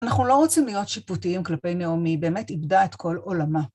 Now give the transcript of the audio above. אנחנו לא רוצים להיות שיפוטיים כלפי נעמי, באמת איבדה את כל עולמה.